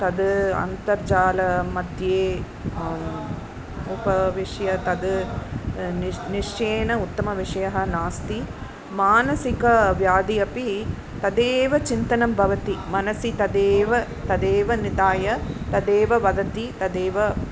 तद् अन्तर्जालमध्ये उपविश्य तद् निश् निश्चयेन उत्तमविषयः नास्ति मानसिकव्याधिः अपि तदेव चिन्तनं भवति मनसि तदेव तदेव निधाय तदेव वदति तदेव